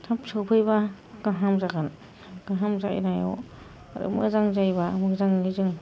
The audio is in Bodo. थाब सफैबा गाहाम जागोन गाहाम जानायाव मोजां जायोबा मोजाङै जों